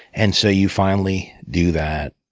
and so you finally do that.